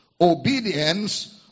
Obedience